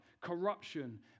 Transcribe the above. corruption